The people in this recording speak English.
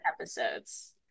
episodes